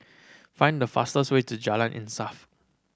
find the fastest way to Jalan Insaf